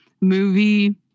movie